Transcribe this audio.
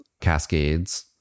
Cascades